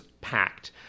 packed